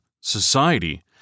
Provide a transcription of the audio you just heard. society